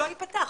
ייפתח.